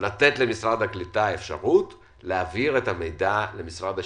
לתת למשרד הקליטה אפשרות להעביר את המידע למשרד השיכון,